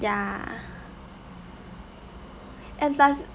ya and plus